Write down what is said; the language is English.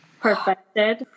perfected